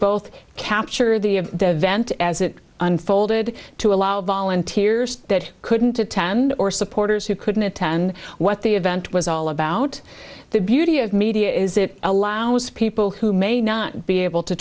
both capture the vent as it unfolded to allow volunteers that couldn't attend or supporters who couldn't attend what the event was all about the beauty of media is it allows people who may not be able to